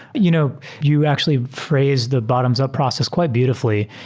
you know you actually phrased the bottoms-up process quite beautiful ly.